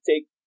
Take